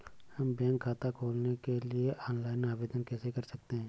हम बैंक खाता खोलने के लिए ऑनलाइन आवेदन कैसे कर सकते हैं?